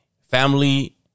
family